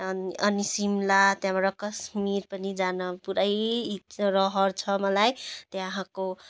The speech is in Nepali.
अनि अनि सिमला त्यहाँबाट कश्मीर पनि जाने पुरा इच्छा रहर छ मलाई त्यहाँको